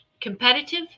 competitive